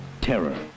Terror